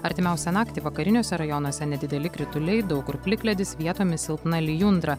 artimiausią naktį vakariniuose rajonuose nedideli krituliai daug kur plikledis vietomis silpna lijundra